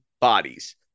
bodies